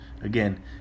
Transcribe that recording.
Again